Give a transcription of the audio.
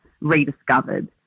rediscovered